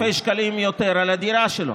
די מאות אלפי שקלים יותר על הדירה שלו,